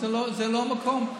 זה לא המקום,